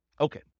Okay